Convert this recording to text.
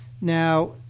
Now